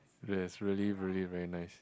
it has really really very nice